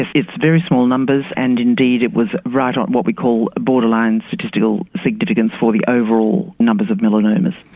it's very small numbers and indeed it was right on what we call borderline statistical significance for the overall numbers of melanomas.